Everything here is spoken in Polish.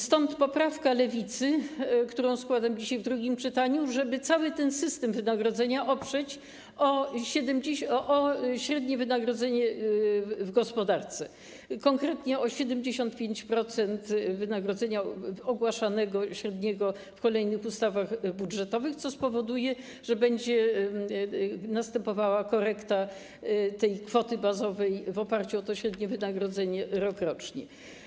Stąd poprawka Lewicy, którą składam dzisiaj w drugim czytaniu, żeby cały ten system wynagrodzenia oprzeć o średnie wynagrodzenie w gospodarce, konkretnie o 75% ogłaszanego średniego wynagrodzenia, w kolejnych ustawach budżetowych, co spowoduje, że będzie następowała korekta tej kwoty bazowej w oparciu o średnie wynagrodzenie rokrocznie.